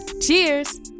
cheers